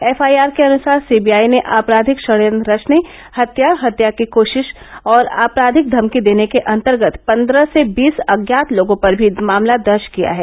F I R के अनुसार C B I ने ऑपराधिक षड्यन्त्र रचने हत्या हत्या की कोशिश और आपराधिक धमकी देने के अंतर्गत पन्द्रह से बीस अज्ञात लोगों पर भी मामला दर्ज किया है